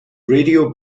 radio